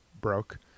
broke